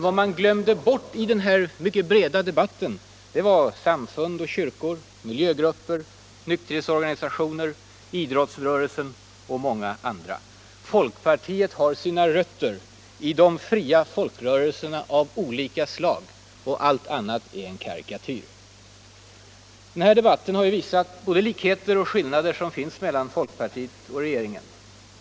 Vad man glömde bort i denna mycket breda debatt var samfund och kyrkor, miljögrupper, nykterhetsorganisationer, idrottsrörelsen och många andra. Folkpartiet har sina rötter i fria folkrörelser av olika slag. Varje påstående om någonting annat är en karikatyr. Den här debatten har visat både de likheter och de skillnader som finns mellan folkpartiet och regeringen.